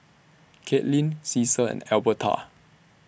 Katlynn Caesar and Elberta